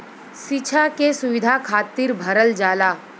सिक्षा के सुविधा खातिर भरल जाला